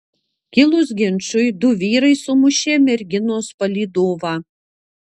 kilus ginčui du vyrai sumušė merginos palydovą